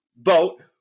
vote